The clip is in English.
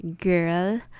girl